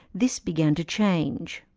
this began to change.